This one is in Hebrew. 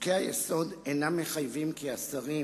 חוקי-היסוד אינם מחייבים כי השרים,